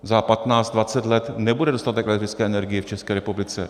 Za patnáct dvacet let nebude dostatek elektrické energie v České republice.